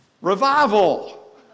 revival